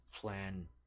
plan